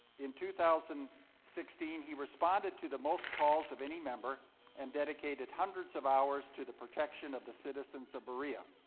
in two thousand and sixteen, he responded to the most calls of any member and dedicated hundreds of hours to the protection of the citizens of berea.